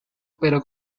pero